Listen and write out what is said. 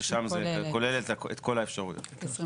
ששם זה כולל את כל האפשרויות.